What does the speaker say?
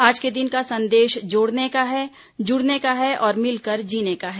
आज के दिन का संदेश जोड़ने का है जुड़ने का है और मिलकर जीने का है